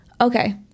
okay